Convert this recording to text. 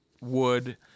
wood